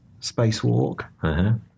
spacewalk